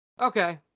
Okay